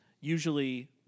Usually